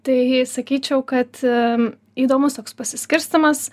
tai sakyčiau kad įdomus toks pasiskirstymas